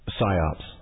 psyops